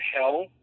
Hell